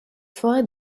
forêts